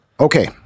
Okay